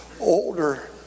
older